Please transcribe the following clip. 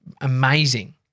amazing